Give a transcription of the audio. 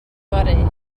fory